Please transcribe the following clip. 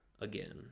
again